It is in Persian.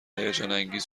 هیجانانگیز